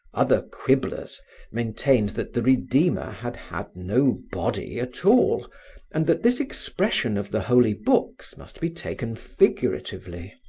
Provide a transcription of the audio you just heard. other quibblers maintained that the redeemer had had no body at all and that this expression of the holy books must be taken figuratively,